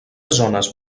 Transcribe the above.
zones